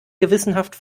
gewissenhaft